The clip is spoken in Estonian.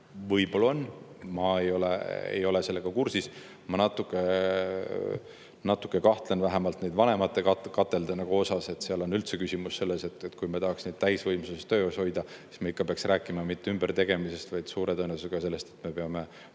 võib-olla on, ma ei ole sellega kursis. Ma natuke kahtlen, vähemalt nende vanemate katelde puhul. Seal on üldse küsimus selles, et kui me tahaks neid täisvõimsusega töös hoida, siis me ikka peaks rääkima mitte ümbertegemisest, vaid suure tõenäosusega sellest, et me peame